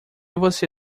você